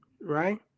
right